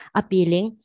appealing